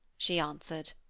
she answered.